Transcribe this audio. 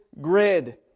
grid